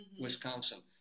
Wisconsin